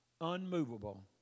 unmovable